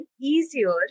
easier